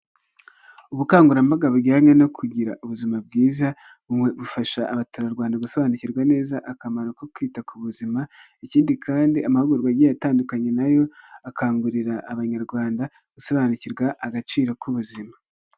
Ubukangurambaga bujyanye no kugira ubuzima bwiza, bufasha abaturarwanda gusobanukirwa neza akamaro ko kwita ku buzima, ikindi kandi amahugurwa agiye atandukanye na yo, akangurira abanyarwanda gusobanukirwa agaciro k'ubuzima.